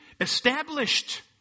established